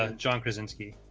ah john krasinski,